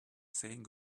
saying